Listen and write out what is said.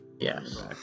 Yes